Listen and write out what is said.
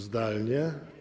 Zdalnie?